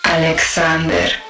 Alexander